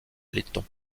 laiton